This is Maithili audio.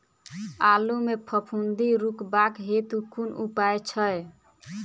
आलु मे फफूंदी रुकबाक हेतु कुन उपाय छै?